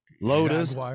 lotus